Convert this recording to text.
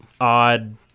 odd